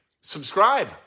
Subscribe